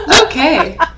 okay